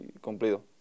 cumplido